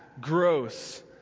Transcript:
gross